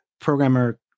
programmer